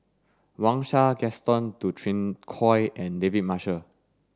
Wang Sha Gaston Dutronquoy and David Marshall